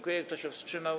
Kto się wstrzymał?